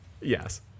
Yes